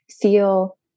feel